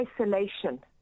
isolation